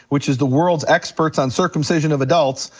which is the world's experts on circumcision of adults,